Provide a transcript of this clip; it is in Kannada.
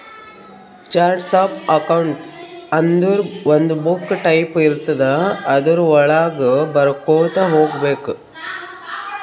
ಚಾರ್ಟ್ಸ್ ಆಫ್ ಅಕೌಂಟ್ಸ್ ಅಂದುರ್ ಒಂದು ಬುಕ್ ಟೈಪ್ ಇರ್ತುದ್ ಅದುರ್ ವಳಾಗ ಬರ್ಕೊತಾ ಹೋಗ್ಬೇಕ್